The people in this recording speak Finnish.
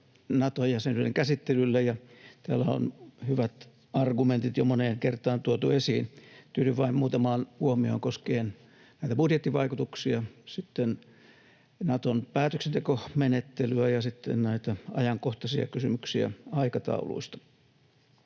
Nato-jäsenyyden käsittelylle. Täällä on hyvät argumentit jo moneen kertaan tuotu esiin. Tyydyn vain muutamaan huomioon koskien budjettivaikutuksia, sitten Naton päätöksentekomenettelyä ja sitten ajankohtaisia kysymyksiä aikatauluista.